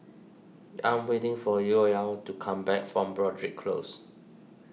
I am waiting for Yoel to come back from Broadrick Close